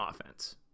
offense